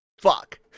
fuck